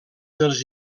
dels